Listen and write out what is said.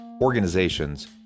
organizations